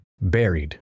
buried